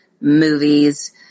movies